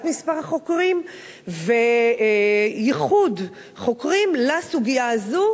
מספר החוקרים וייחוד חוקרים לסוגיה הזו.